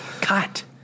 Cut